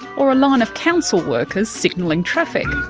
or a line of council workers signalling traffic.